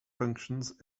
functions